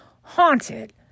haunted